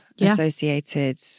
associated